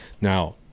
Now